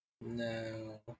No